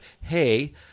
hey –